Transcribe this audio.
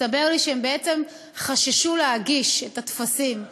הסתבר לי שהם בעצם חששו להגיש את הטפסים,